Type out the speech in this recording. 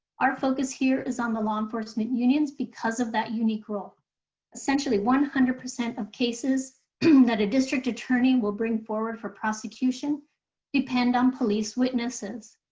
our focus here is on the law enforcement unions because of that unique role essentially one hundred percent of cases that a district attorney will bring forward for prosecution depend on police witnesses.